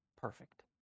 Perfect